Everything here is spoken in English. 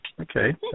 Okay